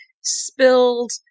spilled